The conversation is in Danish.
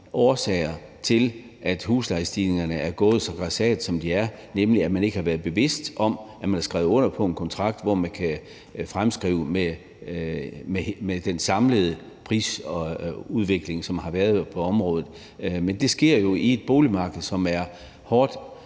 der er rigtig mange årsager til, at huslejestigningerne er gået så grassat, som de er, nemlig at man ikke har været bevidst om, at man har skrevet under på en kontrakt, hvor der kan fremskrives med den samlede prisudvikling, som der har været på området. Men det sker jo i et boligmarked, som er hårdt,